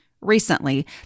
recently